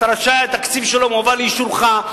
התקציב שלו מועבר לאישורך,